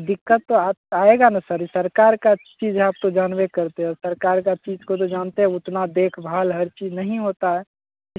दिक्कत तो आ आएगा ना सर ई सरकार का चीज है आप तो जानबे करते हैं सरकार का चीज़ को तो जानते हैं उतना देखभाल हर चीज नहीं होता है